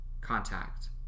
contact